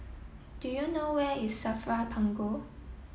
do you know where is SAFRA Punggol